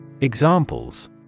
Examples